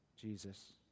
Jesus